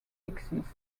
exist